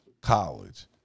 College